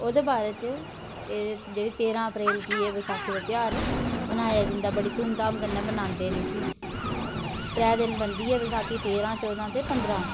ओह्दे बारे च एह् जेह्ड़ी तेरां अप्रैल गी एह् बसाखी दा ध्यार मनाया जंदा बड़ी धूमधाम कन्नै मनांदे न इसी त्रै दिन बनदी ऐ बसाखी तेरां चौदां ते पंदरां